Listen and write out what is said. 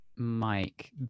mike